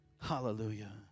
Hallelujah